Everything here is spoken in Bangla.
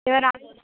এবার আমি